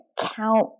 count